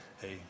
hey